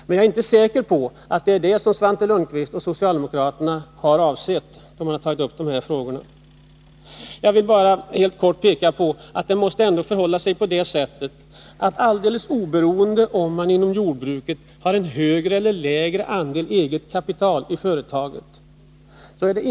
Men jag är inte säker på att det är det som Svante Lundkvist och de övriga socialdemokraterna har avsett när de har tagit upp de här frågorna. Jag vill bara helt kort peka på att det ändå måste förhålla sig på det sättet att det inte gäller olika förutsättningar, beroende på om man inom jordbruket har en högre eller en lägre andel eget kapital i företaget.